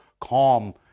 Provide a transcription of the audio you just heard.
calm